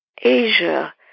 Asia